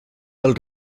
del